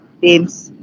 teams